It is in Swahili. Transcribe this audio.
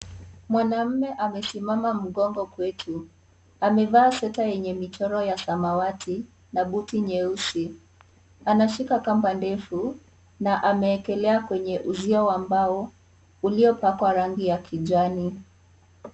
Mwanaume amesimama mgongo kwetu. Amevaa sweta yenye michoro ya samawati na buti nyeusi. Anashika kamba ndefu na amewekelea kwenye uzio wa mbao uliopakwa rangi ya kijani.